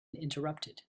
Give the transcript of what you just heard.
interrupted